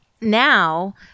now